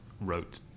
wrote